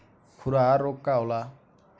खुरहा रोग का होला?